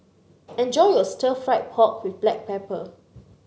enjoy your Stir Fried Pork with Black Pepper